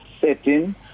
setting